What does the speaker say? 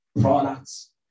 products